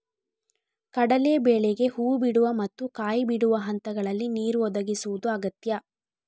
ಕಡಲೇ ಬೇಳೆಗೆ ಹೂ ಬಿಡುವ ಮತ್ತು ಕಾಯಿ ಬಿಡುವ ಹಂತಗಳಲ್ಲಿ ನೀರು ಒದಗಿಸುದು ಅಗತ್ಯ